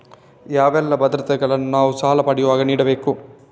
ಯಾವೆಲ್ಲ ಭದ್ರತೆಗಳನ್ನು ನಾನು ಸಾಲ ಪಡೆಯುವಾಗ ನೀಡಬೇಕು?